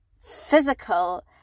physical